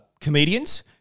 comedians –